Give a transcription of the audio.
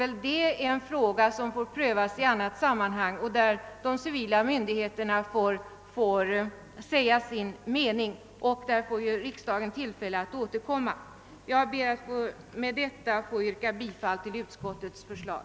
Det är en fråga som får prövas i annat sammanhang och om vilken de civila myndigheterna måste få säga sin mening, och på denna punkt får ju riksdagen tillfälle att återkomma. Jag ber, herr talman, att med detta få yrka bifall till utskottets förslag.